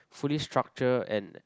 fully structure and